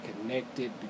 connected